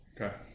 Okay